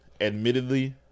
Admittedly